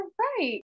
right